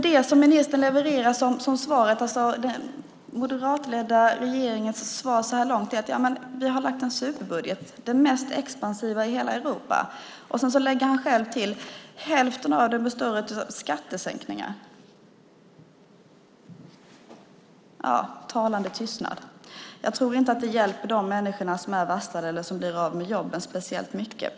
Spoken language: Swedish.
Det ministern levererar som svar, den moderatledda regeringens svar så här långt, är att de har lagt fram en superbudget, den mest expansiva i hela Europa. Sedan lägger arbetsmarknadsministern själv till att hälften av den består av skattesänkningar. Tystnaden är talande. Jag tror inte att det hjälper de människor som är varslade eller blir av med jobben speciellt mycket.